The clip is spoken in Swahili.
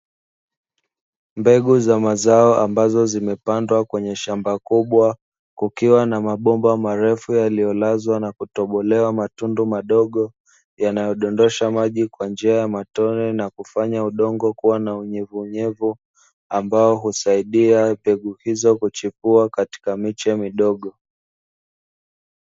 Mbegu za mazao ambazo zimepandwa kwenye shamba kubwa kukiwa na mabomba marefu yaliyolazwa na kutobolewa matundu madogo, yanayodondosha maji kwa njia ya matone na kufanya udongo kuwa na unyevuunyevu ambao husaidia mbegu hizo kuchipua katika miche midogo.